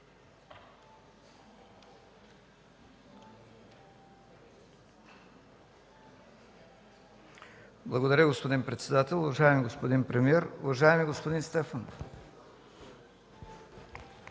Благодаря, господин председател. Уважаеми господин премиер, уважаеми господин Стефанов!